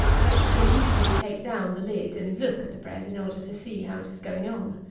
but they usually take down the lid, and look at the bread, in order to see how it is going on.